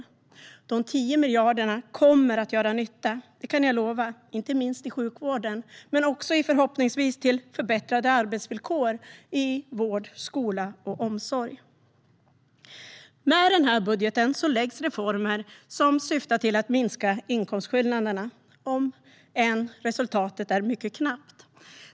Jag kan lova att de 10 miljarderna kommer att göra nytta, inte minst i sjukvården men också förhoppningsvis i form av förbättrade arbetsvillkor i vård, skola och omsorg. I denna budget föreslås reformer som syftar till att minska inkomstskillnaderna, även om resultatet är mycket knappt.